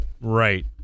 Right